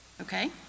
Okay